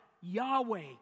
Yahweh